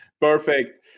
Perfect